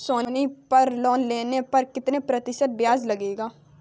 सोनी पल लोन लेने पर कितने प्रतिशत ब्याज लगेगा?